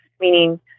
meaning